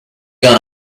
gone